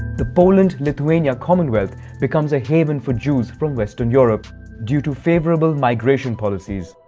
the poland-lithuania commonwealth becomes a haven for jews from western europe due to favourable migration policies.